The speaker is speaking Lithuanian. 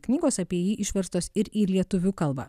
knygos apie jį išverstos ir į lietuvių kalbą